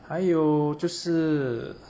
还有就是